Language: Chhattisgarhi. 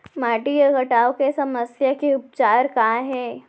माटी के कटाव के समस्या के उपचार काय हे?